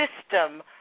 system